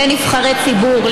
כנבחרי ציבור,